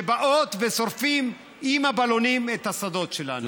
שבאות, וששורפים עם הבלונים את השדות שלנו?